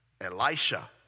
Elisha